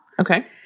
Okay